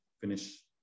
finish